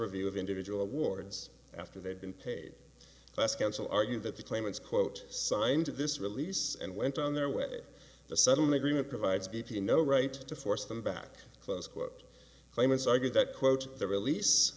review of individual awards after they've been paid less counsel argued that the claimants quote signed this release and went on their way the sudden agreement provides b p no right to force them back close quote claimants argue that quote the release